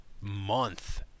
month